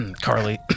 Carly